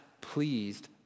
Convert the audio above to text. pleased